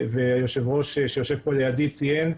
והיושב ראש שיושב פה לידי ציין,